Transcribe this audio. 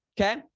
okay